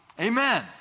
Amen